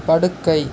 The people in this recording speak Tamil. படுக்கை